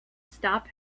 stop